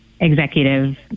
executive